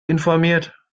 informiert